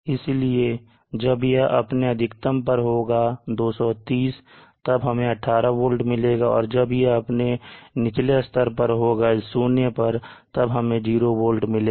इसलिए जब यह अपने अधिकतम पर होगा तब हमें 18 वोल्ट मिलेगा और जब यह अपने सबसे निचले पर होगा तब हमें 0 वोल्ट मिलेगा